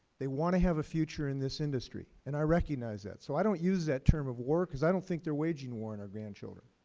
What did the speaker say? they want to have a future in this industry. and i recognize that. so i don't use that term of war because i don't think they are waging war on and our grandchildren.